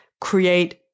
create